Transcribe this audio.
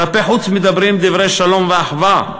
כלפי חוץ מדברים דברי שלום ואחווה,